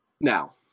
Now